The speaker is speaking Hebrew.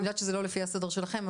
אני יודעת שזה לא לפי הסדר שלכם,